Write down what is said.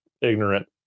ignorant